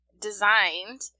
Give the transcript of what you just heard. designed